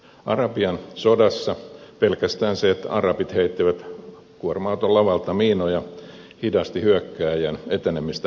arabian sodassa pelkästään se että arabit heittivät kuorma auton lavalta miinoja hidasti hyökkääjän etenemistä merkittävästi